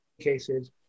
cases